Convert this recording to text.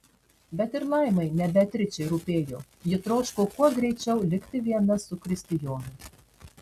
bet ir laimai ne beatričė rūpėjo ji troško kuo greičiau likti viena su kristijonu